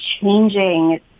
changing